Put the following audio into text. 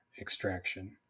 extraction